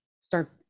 Start